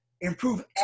improve